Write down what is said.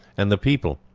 and the people,